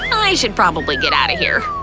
i should probably get outta here!